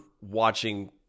watching